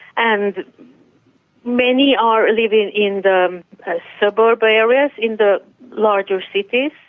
and many are living in the suburb areas, in the larger cities.